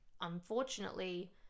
Unfortunately